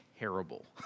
terrible